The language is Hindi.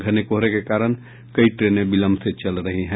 घने कोहरे के कारण कई ट्रेने विलंब से चल रही है